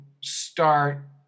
start